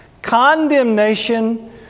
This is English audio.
condemnation